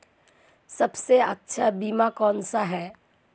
सबसे अच्छा बीमा कौन सा है?